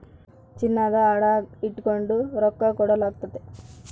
ಚಿನ್ನಾನ ಅಡ ಇಟಗಂಡು ರೊಕ್ಕ ಕೊಡಲಾಗ್ತತೆ